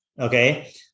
Okay